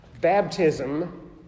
baptism